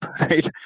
right